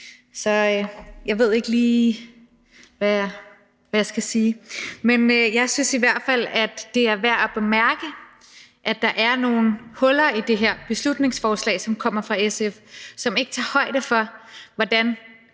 så jeg ved ikke lige, hvad jeg skal sige. Men jeg synes i hvert fald, det er værd at bemærke, at der er nogle huller i det her beslutningsforslag, som kommer fra SF, som ikke tager højde for, hvordan